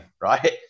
Right